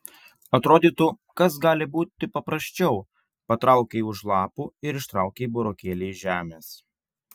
atrodytų kas gali būti paprasčiau patraukei už lapų ir ištraukei burokėlį iš žemės